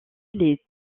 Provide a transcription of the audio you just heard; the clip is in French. les